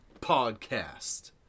podcast